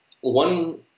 One